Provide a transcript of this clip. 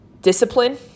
discipline